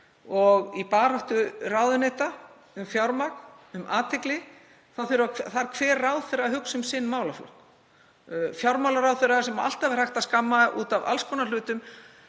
og í baráttu ráðuneyta um fjármagn, um athygli, þarf hver ráðherra að hugsa um sinn málaflokk. Fjármálaráðherra, sem alltaf er hægt að skamma út af alls konar hlutum,